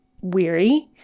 weary